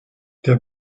der